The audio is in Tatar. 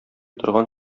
торган